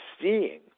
seeing